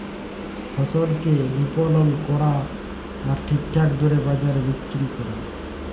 ফসলকে বিপলল ক্যরা আর ঠিকঠাক দরে বাজারে বিক্কিরি ক্যরা